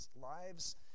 lives